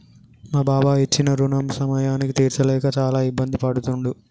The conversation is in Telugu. మా బాబాయి ఇచ్చిన రుణం సమయానికి తీర్చలేక చాలా ఇబ్బంది పడుతుండు